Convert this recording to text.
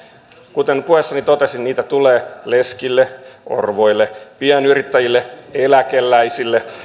kuten puheessani totesin niitä tulee leskille orvoille pienyrittäjille eläkeläisille